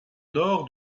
nord